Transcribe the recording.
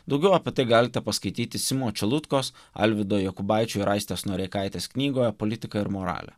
daugiau apie tai galite paskaityti simo čelutkos alvydo jokubaičio ir aistės noreikaitės knygoje politika ir moralė